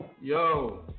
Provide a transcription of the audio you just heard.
Yo